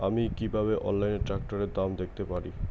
আমি কিভাবে অনলাইনে ট্রাক্টরের দাম দেখতে পারি?